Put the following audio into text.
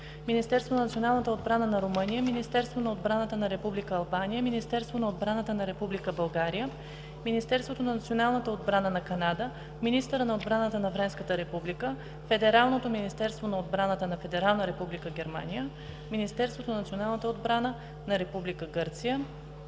Министерството на националната отбрана на Румъния, Министерството на отбраната на Република Албания, Министерството на отбраната на Република България, Министерството на националната отбрана на Канада, министъра на отбраната на Френската република, Федералното министерство на отбраната на Федерална република Германия, Министерството на националната отбрана на Република Гърция,